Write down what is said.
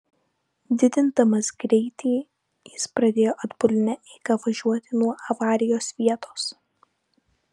didindamas greitį jis pradėjo atbuline eiga važiuoti nuo avarijos vietos